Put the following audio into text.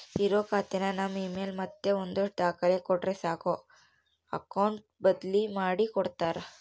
ಇರೋ ಖಾತೆನ ನಮ್ ಇಮೇಲ್ ಮತ್ತೆ ಒಂದಷ್ಟು ದಾಖಲೆ ಕೊಟ್ರೆ ಸಾಕು ಅಕೌಟ್ ಬದ್ಲಿ ಮಾಡಿ ಕೊಡ್ತಾರ